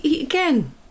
again